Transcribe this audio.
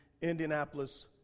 Indianapolis